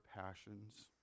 passions